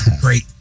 Great